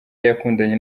yakundanye